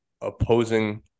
opposing